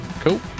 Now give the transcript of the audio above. Cool